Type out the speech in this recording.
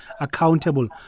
accountable